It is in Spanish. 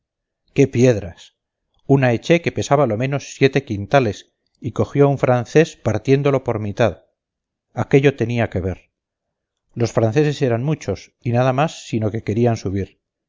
qué piedras una eché que pesaba lo menos siete quintales y cogió a un francés partiéndolo por mitad aquello tenía que ver los franceses eran muchos y nada más sino que querían subir